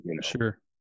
Sure